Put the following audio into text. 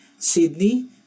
sydney